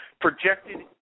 Projected